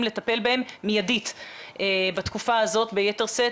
לטפל בהם מיידית בתקופה הזאת ביתר שאת,